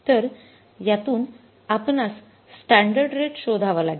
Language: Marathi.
तर यातून आपणास स्टॅंडर्ड रेट शोधावा लागेल